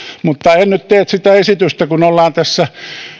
mutta en nyt tee sitä esitystä kun on tässä